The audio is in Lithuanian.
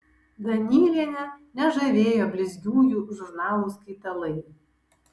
danylienę nežavėjo blizgiųjų žurnalų skaitalai